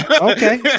okay